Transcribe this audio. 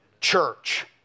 Church